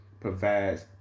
provides